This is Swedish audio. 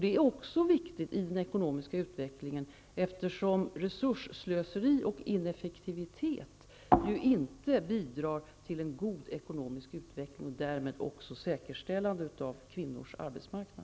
Detta är också viktigt i den ekonomiska utvecklingen, eftersom resursslöseri och ineffektivitet inte bidrar till en god ekonomisk utveckling och därmed inte ett säkerställande av kvinnors arbetsmarknad.